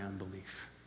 unbelief